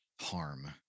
harm